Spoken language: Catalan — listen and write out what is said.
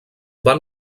van